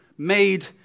made